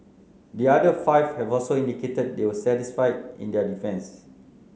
the other five have also indicated they will testify in their defence